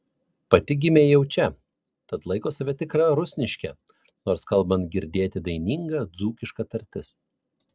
pati gimė jau čia tad laiko save tikra rusniške nors kalbant girdėti daininga dzūkiška tartis